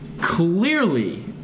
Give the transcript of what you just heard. clearly